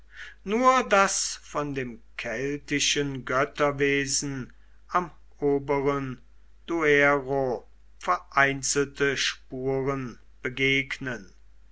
nur daß von dem keltischen götterwesen am oberen duero vereinzelte spuren begegnen